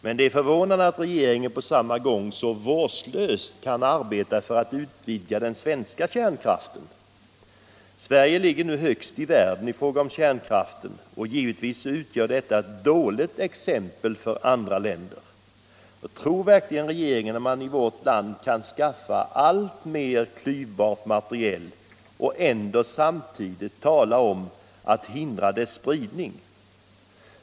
Men det är förvånande att regeringen på samma gång så vårdslöst kan arbeta för att utvidga omfattningen av den svenska kärnkraften. Sverige ligger nu högst i världen i fråga om kärnkraft, och givetvis utgör detta ett dåligt exempel för andra länder. Tror verkligen regeringen att man i vårt land kan skaffa alltmera klyvbart material och ändå samtidigt tala om att hindra dess spridning?